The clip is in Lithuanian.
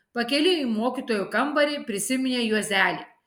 pakeliui į mokytojų kambarį prisiminė juozelį